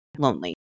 lonely